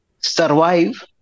survive